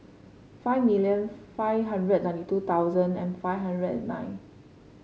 five million five hundred ninety two thousand and five hundred and nine